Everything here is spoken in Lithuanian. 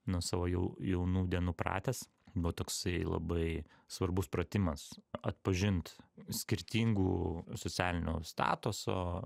nuo savo jau jaunų dienų pratęs buvo toksai labai svarbus pratimas atpažint skirtingų socialinio statuso